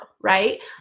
right